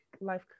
life